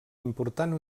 important